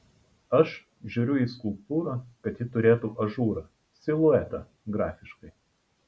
aš žiūriu į skulptūrą kad ji turėtų ažūrą siluetą grafiškai